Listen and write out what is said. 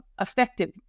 effective